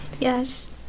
Yes